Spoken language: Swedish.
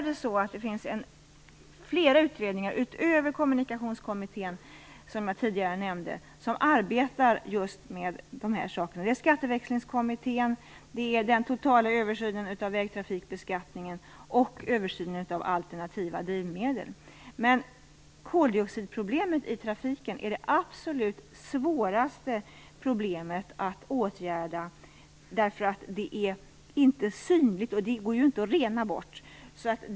Dessutom finns det flera utredningar, utöver Kommunikationskommittén som jag tidigare nämnde, som arbetar med dessa saker. Det är Skatteväxlingskommittén, den totala översynen av vägtrafikbeskattningen och översynen av alternativa drivmedel. Men koldioxidproblemet i trafiken är det absolut svåraste problemet att åtgärda, eftersom det inte är synligt och det går inte att rena bort.